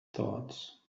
thoughts